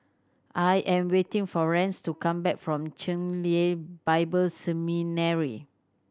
I am waiting for Rance to come back from Chen Lien Bible Seminary